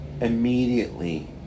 immediately